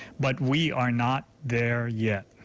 but we are not there yet.